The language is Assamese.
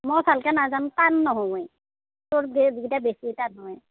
মই ভালকৈ নাজানো টান নহয় তোৰ কেইটা বেছি টান হয়